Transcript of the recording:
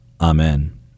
Amen